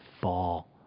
fall